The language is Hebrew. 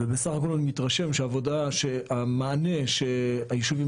ובסך הכול אני מתרשם שהעבודה שהמענה שהיישובים